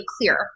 clear